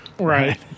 Right